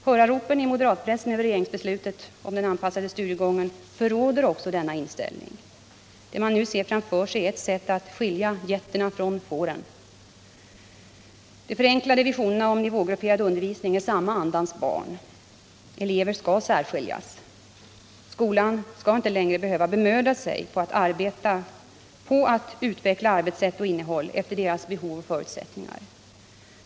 Hurraropen i moderatpressen över regeringsbesluten om den anpassade studiegången förråder denna inställning. Det man nu ser framför sig är ett sätt att ”skilja getterna från fåren”. De förenklade visionerna om nivågrupperad undervisning är samma andas barn. Eleverna skall särskiljas. Skolan skall inte längre behöva bemöda sig att arbeta på att utveckla arbetssätt och innehåll efter elevernas behov och förutsättningar.